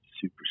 Super